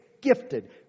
gifted